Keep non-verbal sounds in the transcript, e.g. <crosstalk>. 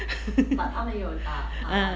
<laughs> ah